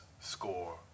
score